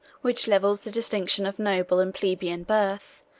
which levels the distinctions of noble and plebeian birth,